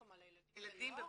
את מראה גם לילדים, ולנוער?